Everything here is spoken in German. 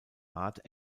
art